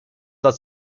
sah